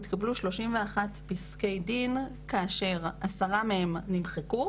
התקבלו 31 פסקי דין כאשר כעשרה מהם נמחקו,